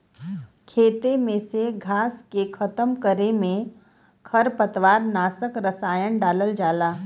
खेते में से घास के खतम करे में खरपतवार नाशक रसायन डालल जाला